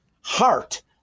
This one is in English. heart